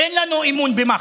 אין לנו אמון במח"ש.